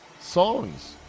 songs